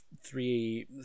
three